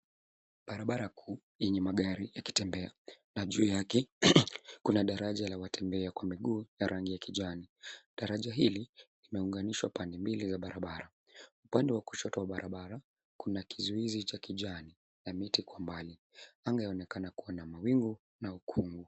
Barabara kuu yenye magari yakitembea na juu yake kuna daraja la watembea kwa miguu ya rangi ya kijani. Daraja hili linaunganishwa pande mbili za barabara. Upande wa kushoto barabara kuna kizuizi cha kijani na miti kwa umbali. Anga yaonekana kuwa na mawingu na hukumu.